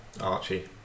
Archie